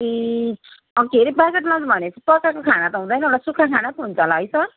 ए अनि के अरे पकेट लन्च भनेपछि पकाएको खाना त हुँदैन होला सुक्खा खाना त हुन्छ होला है सर